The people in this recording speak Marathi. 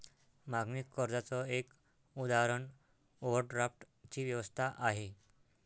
मागणी कर्जाच एक उदाहरण ओव्हरड्राफ्ट ची व्यवस्था आहे